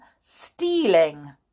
stealing